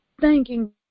thanking